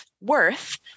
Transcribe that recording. worth